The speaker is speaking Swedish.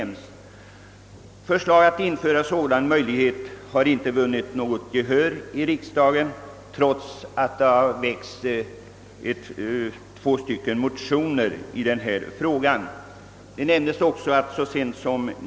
Motionsvis framförda förslag om att tillskapa sådana möjligheter har inte vunnit något gehör i riksdagen. Herr statsrådet nämner också i sitt svar, att det i denna fråga väckts motioner 1951 och 1960.